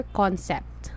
concept